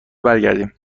برگردیم